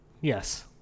Yes